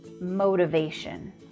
motivation